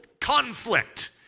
conflict